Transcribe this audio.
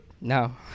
No